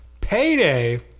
Payday